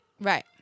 right